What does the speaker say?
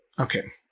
Okay